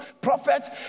prophets